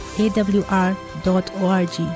awr.org